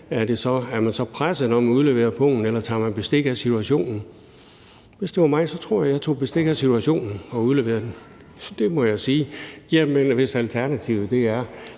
Er man så presset, når man udleverer pungen, eller tager man bestik af situationen? Hvis det var mig, tror jeg, jeg tog bestik af situationen og udleverede den. Det må jeg sige. Hvis alternativet